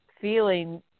feeling